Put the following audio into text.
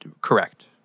correct